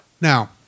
Now